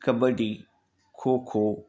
kabaddi kho kho